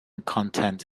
content